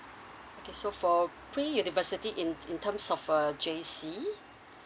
okay so for pre university in in terms of uh J_C